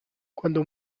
cuando